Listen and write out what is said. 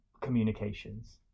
communications